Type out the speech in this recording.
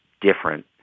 different